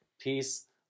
peace